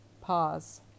Pause